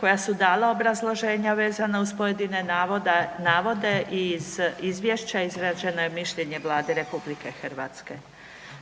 koja su dala obrazloženja vezana uz pojedine navode i iz izvješća izrađeno je mišljenje Vlade RH.